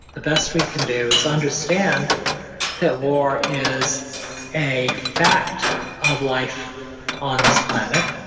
the best we can do is understand that war is a fact of life on this planet,